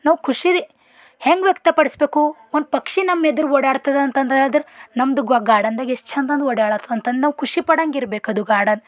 ನಾವು ಖುಷಿ ಹೆಂಗೆ ವ್ಯಕ್ತ ಪಡ್ಸ್ಬೇಕು ಒಂದು ಪಕ್ಷಿ ನಮ್ಮ ಎದರ್ ಓಡಾಡ್ತದೆ ಅಂತಂದು ಹೇಳದ್ರೆ ನಮ್ಮದು ಗಾ ಗಾರ್ಡನ್ದಾಗ ಎಷ್ಟು ಚಂದನ ಓಡ್ಯಾಡತದ ಅಂತಂದು ನಾವು ಖುಷಿ ಪಡಾಂಗ ಇರಬೇಕದು ಗಾರ್ಡನ್